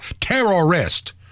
terrorist